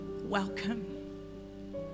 welcome